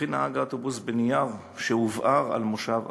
הבחין נהג האוטובוס בנייר שהובער על מושב האוטובוס.